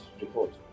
report